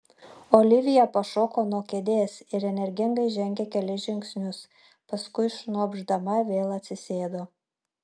olivija pašoko nuo kėdės ir energingai žengė kelis žingsnius paskui šnopšdama vėl atsisėdo